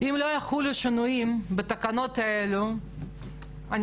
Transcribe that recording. אם לא יחולו שינויים בתקנות האלה אני